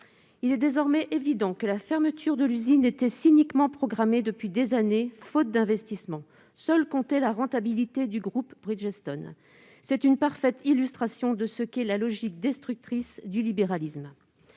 Il est désormais évident que la fermeture de l'usine était cyniquement programmée depuis des années, faute d'investissements. Seule comptait la rentabilité du groupe Bridgestone, parfaite illustration de la logique destructrice du libéralisme.